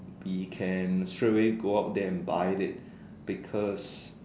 we can straight away go out there and buy it because